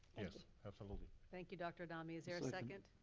yes absolutely. thank you dr. adame, is there a second?